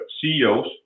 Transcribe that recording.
CEOs